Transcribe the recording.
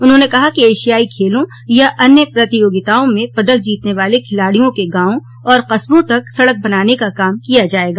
उन्होंने कहा कि एशियाई खेलों या अन्य प्रतियोगिताओं में पदक जीतने वाले खिलाड़ियों के गॉवों और कस्बों तक सड़क बनाने का काम किया जायेगा